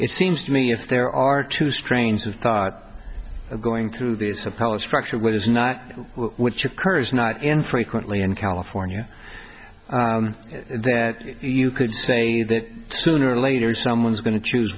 it seems to me if there are two strains of thought going through this apology structure which is not which occurs not infrequently in california that you could say that sooner or later someone's going to choose